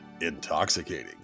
intoxicating